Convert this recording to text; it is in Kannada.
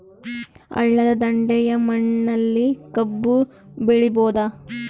ಹಳ್ಳದ ದಂಡೆಯ ಮಣ್ಣಲ್ಲಿ ಕಬ್ಬು ಬೆಳಿಬೋದ?